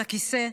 את הכיסא.